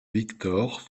victor